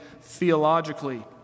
theologically